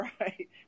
right